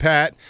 Pat